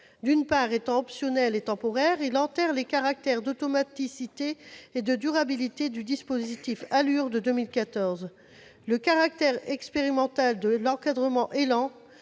D'une part, étant optionnel et temporaire, il enterre les caractères d'automaticité et de durabilité du dispositif ALUR de 2014. Le caractère « expérimental » de l'encadrement des loyers